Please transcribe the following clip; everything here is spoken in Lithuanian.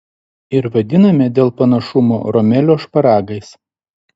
ir vadiname dėl panašumo romelio šparagais